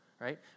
Right